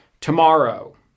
tomorrow